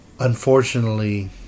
Unfortunately